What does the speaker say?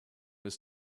was